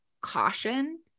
caution